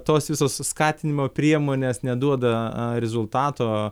tos visos skatinimo priemonės neduoda rezultato